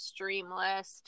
Streamlist